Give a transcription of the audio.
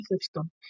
system